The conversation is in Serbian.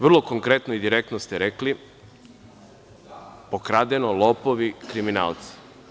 Vrlo konkretno i direktno ste rekli – pokradeno, lopovi, kriminalci.